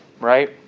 right